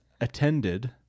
attended